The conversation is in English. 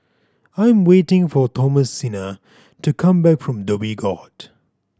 I'm waiting for Thomasina to come back from Dhoby Ghaut